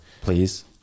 please